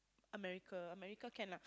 America America can lah